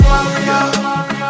Warrior